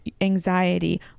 anxiety